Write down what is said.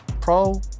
pro